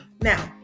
Now